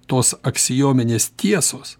tos aksiominės tiesos